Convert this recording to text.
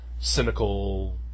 cynical